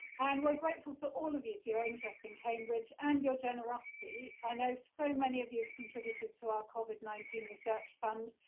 and we're grateful to all of you for your interest in cambridge and your generosity. i know so many of you have contributed to our covid nineteen research fund,